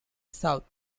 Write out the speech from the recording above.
south